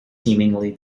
seemingly